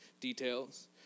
Details